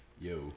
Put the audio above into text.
Yo